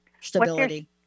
stability